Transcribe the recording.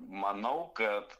manau kad